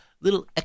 little